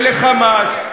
ול"חמאס",